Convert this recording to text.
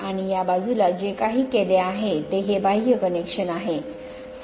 आणि या बाजूला जे काही गेले आहे ते हे बाह्य कनेक्शन आहे